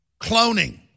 Cloning